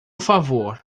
favor